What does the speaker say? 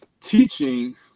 teaching